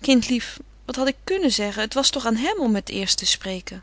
kindlief wat had ik kunnen zeggen het was toch aan hem om het eerst te spreken